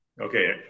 Okay